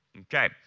Okay